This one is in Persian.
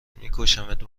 میکشمت